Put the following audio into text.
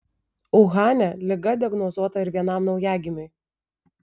uhane liga diagnozuota ir vienam naujagimiui